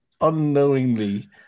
unknowingly